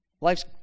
life's